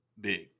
Big